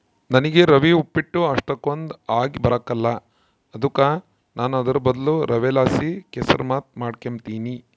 ನನಿಗೆ ರವೆ ಉಪ್ಪಿಟ್ಟು ಅಷ್ಟಕೊಂದ್ ಆಗಿಬರಕಲ್ಲ ಅದುಕ ನಾನು ಅದುರ್ ಬದ್ಲು ರವೆಲಾಸಿ ಕೆಸುರ್ಮಾತ್ ಮಾಡಿಕೆಂಬ್ತೀನಿ